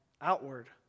outward